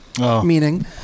meaning